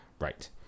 right